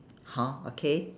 hor okay